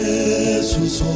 Jesus